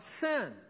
sin